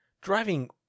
driving